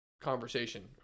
conversation